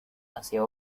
hacia